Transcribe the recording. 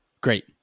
Great